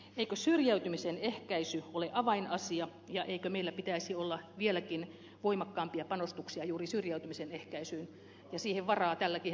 eikö syrjäytymisen ehkäisy ole avainasia ja eikö meillä pitäisi olla vieläkin voimakkaampia panostuksia juuri syrjäytymisen ehkäisyyn ja siihen varaa tälläkin hetkellä